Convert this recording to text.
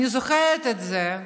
אני זוכרת את זה,